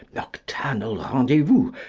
nocturnal rendezvous,